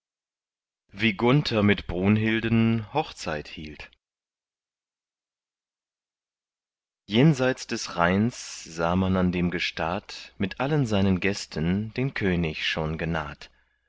wie gunther mit brunhilden hochzeit hielt jenseits des rheins sah man dem gestad mit allen seinen gästen den könig schon genaht